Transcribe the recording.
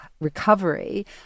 recovery